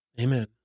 Amen